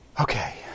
Okay